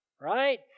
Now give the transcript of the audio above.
Right